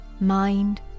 mind